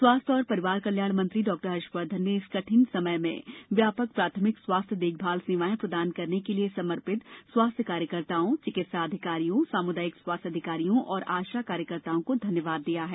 स्वास्थ्य और परिवार कल्याण मंत्री डॉक्टर हर्षवर्धन ने इस कठिन समय में व्यापक प्राथमिक स्वास्थ्य देखभाल सेवाएं प्रदान करने के लिए समर्पित स्वास्थ्य कार्यकर्ताओं चिकित्सा अधिकारियों सामुदायिक स्वास्थ्य अधिकारियों और आशा कार्यकर्ताओं को धन्यवाद दिया है